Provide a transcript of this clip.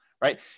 right